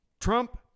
Trump